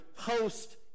post